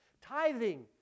tithing